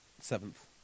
seventh